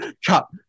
Chop